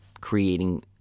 creating